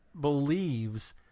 believes